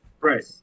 right